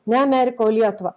ne amerika o lietuva